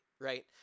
right